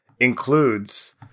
includes